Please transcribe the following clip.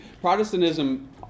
Protestantism